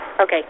Okay